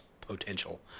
potential